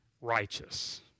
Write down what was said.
righteous